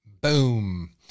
Boom